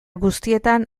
guztietan